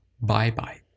bye-bye